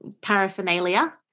paraphernalia